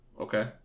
Okay